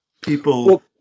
people